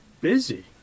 busy